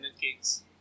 cakes